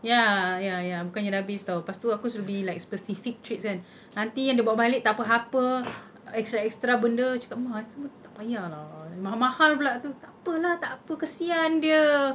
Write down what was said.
ya ya ya bukannya dah habis [tau] lepas tu aku suruh beli like specific treats kan nanti yang dia bawa balik entah apa-apa extra extra benda cakap mah ni semua tak payah lah mahal-mahal pula tu takpe lah takpe lah kesian dia